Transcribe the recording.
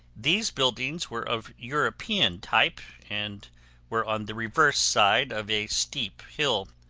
these buildings were of european type and were on the reverse side of a steep hill.